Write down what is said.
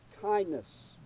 kindness